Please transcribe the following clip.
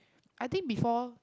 I think before